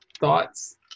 Thoughts